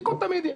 סיכון תמיד יש.